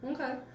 Okay